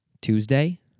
Tuesday